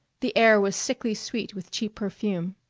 the air was sickly sweet with cheap perfume.